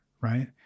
right